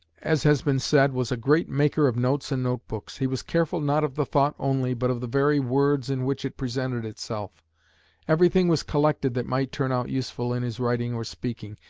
as has been said, was a great maker of notes and note-books he was careful not of the thought only, but of the very words in which it presented itself everything was collected that might turn out useful in his writing or speaking,